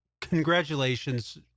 congratulations